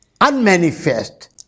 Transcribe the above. unmanifest